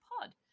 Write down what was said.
Pod